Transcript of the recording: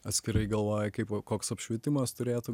atskirai galvoji kaip koks apšvietimas turėtų